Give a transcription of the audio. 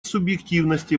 субъективности